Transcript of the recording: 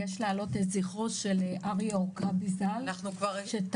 יש להעלות את זכרו של אבנר עורקבי ז"ל שתרם.